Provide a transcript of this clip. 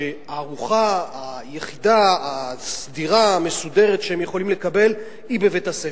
שהארוחה היחידה הסדירה המסודרת שהם יכולים לקבל היא בבית-הספר.